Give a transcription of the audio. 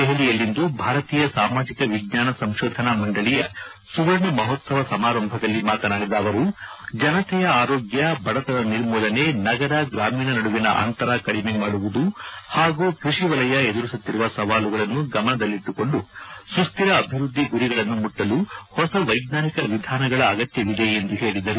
ದೆಹಲಿಯಲ್ಲಿಂದು ಭಾರತೀಯ ಸಾಮಾಜಿಕ ವಿಜ್ಞಾನ ಸಂಶೋಧನಾ ಮಂಡಳಿಯ ಸುವರ್ಣ ಮಹೋತ್ಸವ ಸಮಾರಂಭದಲ್ಲಿ ಮಾತನಾಡಿದ ಅವರು ಜನತೆಯ ಆರೋಗ್ನ ಬಡತನ ನಿರ್ಮೂಲನೆ ನಗರ ಗ್ರಾಮೀಣ ನಡುವಿನ ಅಂತರ ಕಡಿಮೆ ಮಾಡುವುದು ಹಾಗೂ ಕೃಷಿ ವಲಯ ಎದುರಿಸುತ್ತಿರುವ ಸವಾಲುಗಳನ್ನು ಗಮನದಲ್ಲಿಟ್ಟುಕೊಂಡು ಸುತ್ತಿರ ಅಭಿವೃದ್ದಿ ಗುರಿಗಳನ್ನು ಮುಟ್ಟಲು ಹೊಸ ವೈಜ್ವಾನಿಕ ವಿಧಾನಗಳ ಅಗತ್ಥವಿದೆ ಎಂದು ಹೇಳದರು